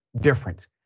difference